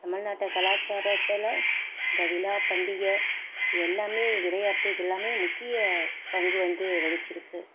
தமிழ்நாட்டு கலாச்சாரத்தில் இந்த விழா பண்டிகை இது எல்லாம் விளையாட்டு இது எல்லாம் முக்கிய பங்கு வந்து வகித்திருக்கு